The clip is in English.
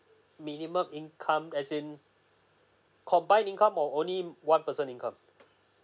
minimum income as in combined income or only one person income